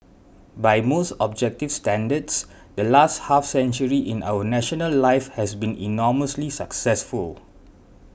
by most objective standards the last half century in our national life has been enormously successful